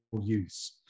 use